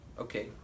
okay